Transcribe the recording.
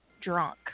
drunk